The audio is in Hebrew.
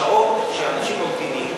בשעות שאנשים ממתינים,